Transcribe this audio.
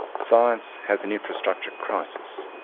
science has an infrastructure crisis.